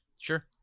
sure